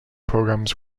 programs